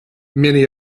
many